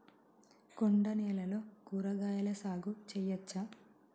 కొండ నేలల్లో కూరగాయల సాగు చేయచ్చా?